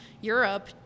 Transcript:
Europe